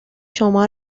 شما